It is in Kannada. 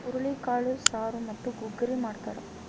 ಹುರುಳಿಕಾಳು ಸಾರು ಮತ್ತು ಗುಗ್ಗರಿ ಮಾಡ್ತಾರ